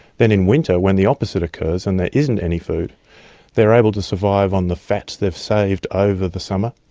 then in winter when the opposite occurs and there isn't any food they're able to survive on the fats they've saved over the summer,